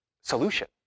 solution